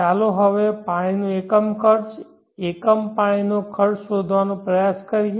ચાલો હવે પાણીનો એકમ ખર્ચ એકમ પાણીનો ખર્ચ શોધવાનો પ્રયાસ કરીએ